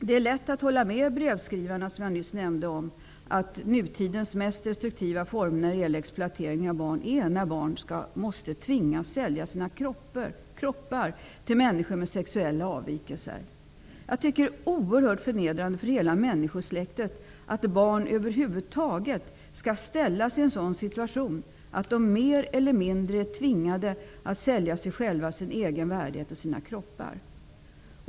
Det är lätt att hålla med de brevskrivare jag nyss nämnde, dvs. att nutidens mest destruktiva former av exploatering av barn är när barn måste tvingas att sälja sina kroppar till människor med sexuella avvikelser. Jag tycker att det är oerhört förnedrande för hela människosläktet att barn över huvud taget skall ställas i en sådan situation att de är mer eller mindre tvingade att sälja sig själva, sin egen värdighet och sina kroppar.